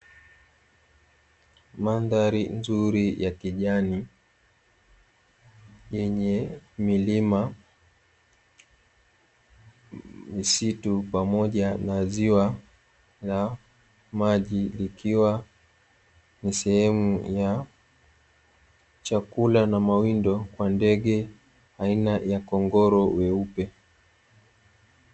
Mandhari nzuri ya kijani yenye milima, misitu pamoja na ziwa la maji ikiwa ni sehemu ya chakula na mawindo ya ndege aina ya kongoro weupe.